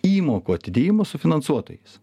įmokų atidėjimo su finansuotojais